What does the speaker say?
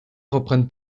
reprennent